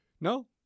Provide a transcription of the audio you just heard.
No